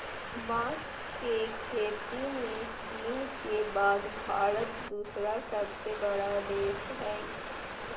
बांस के खेती में चीन के बाद भारत दूसरा सबसे बड़ा देश हइ